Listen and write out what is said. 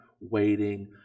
waiting